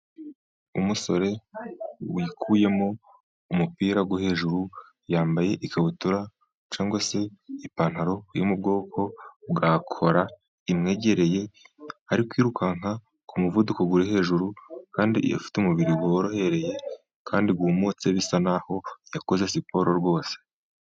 Umusore wikuyemo umupira wo hejuru, yambaye ikabutura cyangwa se ipantaro yo mu bwoko bwa kola, imwegereye, ari kwirukanka ku muvuduko uri hejuru, kandi afite umubiri worohereye kandi wumutse, bisa nk'aho yakoze siporo rwose.